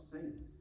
saints